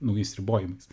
naujais ribojimais